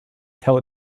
tell